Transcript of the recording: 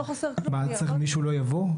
מישהו לא יבוא?